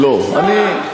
לא ככה, חידון.